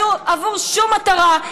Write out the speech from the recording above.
עבור שום מטרה.